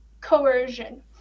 coercion